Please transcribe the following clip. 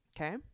okay